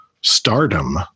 stardom